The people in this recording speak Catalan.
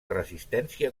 resistència